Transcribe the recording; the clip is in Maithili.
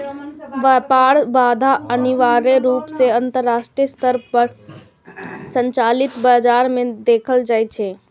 व्यापार बाधा अनिवार्य रूप सं अंतरराष्ट्रीय स्तर पर संचालित बाजार मे देखल जाइ छै